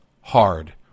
hard